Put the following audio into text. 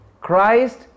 Christ